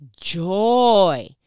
joy